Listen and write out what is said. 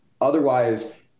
Otherwise